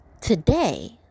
Today